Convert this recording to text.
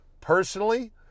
personally